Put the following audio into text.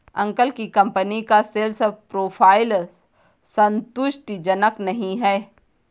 uncle की company का sales profile संतुष्टिजनक नही है